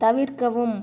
தவிர்க்கவும்